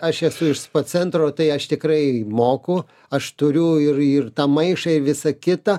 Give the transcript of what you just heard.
aš esu iš spa centro tai aš tikrai moku aš turiu ir ir tą maišą ir visa kita